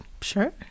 Sure